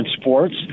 sports